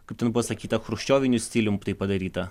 kaip ten buvo sakyta chruščioviniu stilium tai padaryta